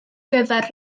gyfer